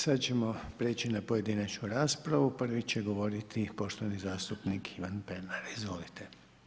Sad ćemo preći na pojedinačnu raspravu, prvi će govoriti poštovani zastupnik Ivan Pernar, izvolite.